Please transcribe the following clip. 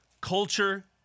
Culture